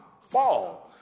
fall